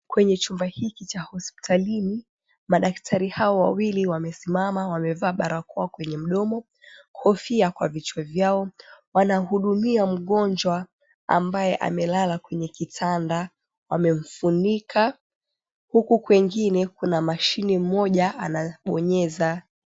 Kwenye chumba hiki cha hospitalini, madakatari hawa wawili wamesimama wamevaa barakoa kwenye mdomo, kofia kwa vichwa vyao. Wanahudumia mgonjwa ambaye amelala kwenye kitanda, wamemfunika huku kwengine kuna mashine moja anabonyeza.